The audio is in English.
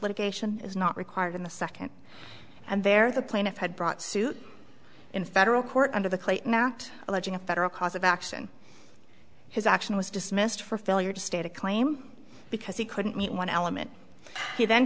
litigation is not required in the second and they're the plaintiff had brought suit in federal court under the clayton act alleging a federal cause of action his action was dismissed for failure to state a claim because he couldn't meet one element he then